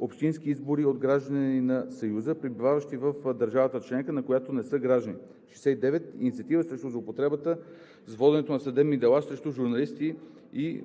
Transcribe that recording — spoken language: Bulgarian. общински избори от гражданите на Съюза, пребиваващи в държава членка, на която не са граждани. 69. Инициатива срещу злоупотребата с воденето на съдебни дела срещу журналисти и